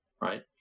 right